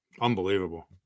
Unbelievable